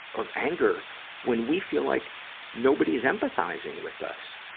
of anger when we feel like nobody is empathizing with us.